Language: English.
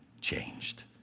changed